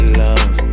love